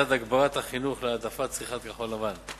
לצד הגברת החינוך להעדפת צריכת כחול-לבן.